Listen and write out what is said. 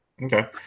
Okay